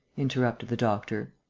interrupted the doctor.